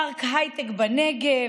פארק הייטק בנגב,